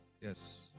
Yes